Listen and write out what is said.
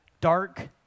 dark